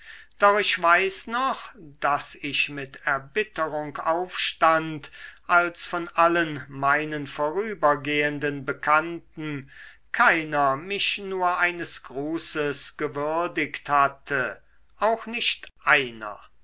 doch ich weiß noch daß ich mit erbitterung aufstand als von allen meinen vorübergehenden bekannten keiner mich nur eines grußes gewürdigt hatte auch nicht einer